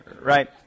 right